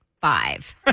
five